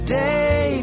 day